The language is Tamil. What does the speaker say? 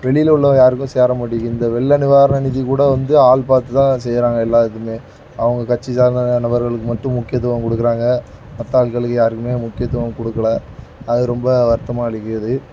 வெளியில் உள்ளவங்கள் யாருக்கும் சேரமாட்டேங்குது இந்த வெள்ள நிவாரண நிதிக்கூட வந்து ஆள் பார்த்துதான் செய்கிறாங்க எல்லாத்துமே அவங்க கட்சி சார்ந்த நபர்களுக்கு மட்டும் முக்கியத்துவம் கொடுக்குறாங்க மற்றாட்களுக்கு யாருமே முக்கியத்துவம் கொடுக்கல அது ரொம்ப வருத்தமாக அளிக்குது